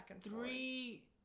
three